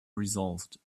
resolved